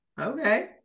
Okay